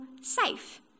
safe